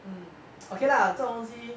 um okay lah 这种东西